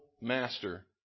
Master